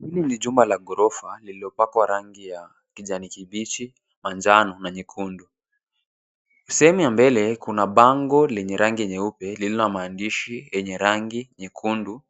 Hili ni jumba la ghorofa lililopakwa rangi ya kijani kibichi, manjano na nyekundu. Sehemu ya mbele kuna bango lenye rangi nyeupe lililo na maandishi yenye rangi nyekundu